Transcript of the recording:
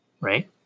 right